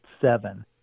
seven